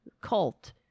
Cult